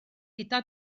gyda